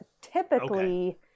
typically